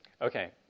Okay